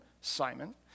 Simon